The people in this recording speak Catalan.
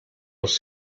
als